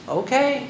okay